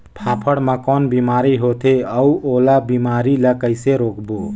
फाफण मा कौन बीमारी होथे अउ ओला बीमारी ला कइसे रोकबो?